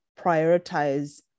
prioritize